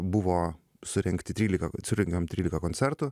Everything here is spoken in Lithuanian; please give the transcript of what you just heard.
buvo surengti trylika surengėm trylika koncertų